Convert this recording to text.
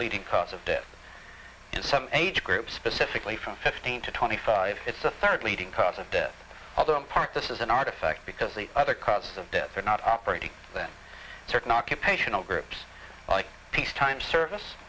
leading cause of death in some age group specifically from fifteen to twenty five it's the third leading cause of death of them part this is an artifact because the other causes of death are not operating that certain occupational groups like peacetime service